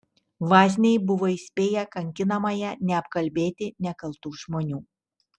vazniai buvo įspėję kankinamąją neapkalbėti nekaltų žmonių